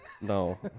No